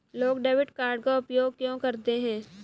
लोग debit card का उपयोग क्यों करते हैं?